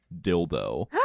dildo